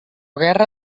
guerra